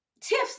tips